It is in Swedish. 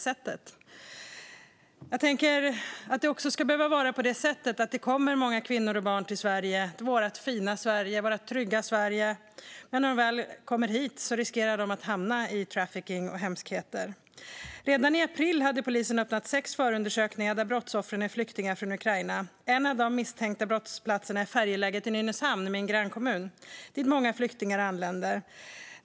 Många kvinnor och barn som kommer till Sverige, vårt fina och trygga Sverige, riskerar att hamna i trafficking och hemskheter. Redan i april hade polisen öppnat sex förundersökningar där brottsoffren är flyktingar från Ukraina. En av de misstänkta brottsplatserna är färjeläget i Nynäshamn - min grannkommun - dit många flyktingar anländer.